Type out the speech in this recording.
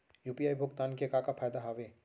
UPI भुगतान के का का फायदा हावे?